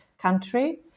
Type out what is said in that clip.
country